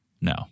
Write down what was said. No